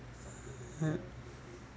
mm